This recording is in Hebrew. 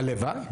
הלוואי.